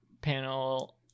Panel